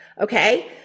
Okay